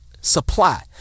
supply